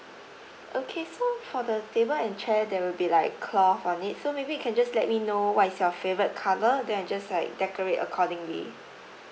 okay so for the table and chair there will be like cloth on it so maybe you can just let me know what is your favourite colour then I just like decorate accordingly